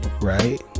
right